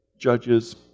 Judges